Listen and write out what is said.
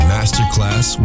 Masterclass